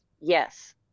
yes